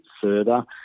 further